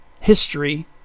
history